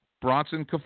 Bronson